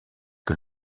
que